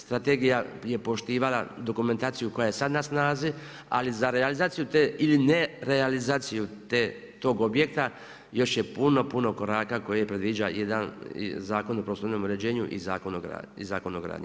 Strategija je poštivana dokumentaciju koja je sada na snazi ali za realizaciju te ili ne realizaciju tog objekta, još je puno, puno koraka koji predviđa Zakon o prostornom uređenju i Zakon o gradnji.